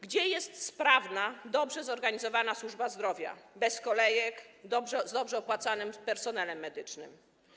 Gdzie jest sprawna, dobrze zorganizowana służba zdrowia bez kolejek, z dobrze opłacanym personelem medycznym?